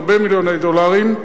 הרבה מיליוני דולרים,